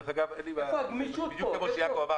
איפה הגמישות פה?